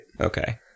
Okay